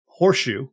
Horseshoe